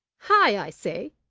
hi! i say!